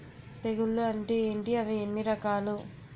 తెగులు అంటే ఏంటి అవి ఎన్ని రకాలు?